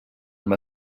amb